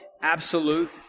absolute